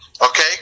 Okay